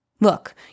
Look